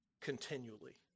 continually